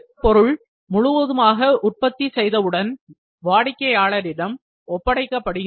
அந்த பொருளை முழுவதுமாக உற்பத்தி செய்தவுடன் வாடிக்கையாளரிடம் ஒப்படைக்கப்படுகிறது